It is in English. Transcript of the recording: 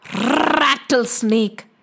rattlesnake